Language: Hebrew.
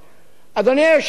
כל אוכלוסייה